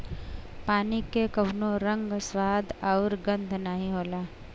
पानी के कउनो रंग, स्वाद आउर गंध नाहीं होला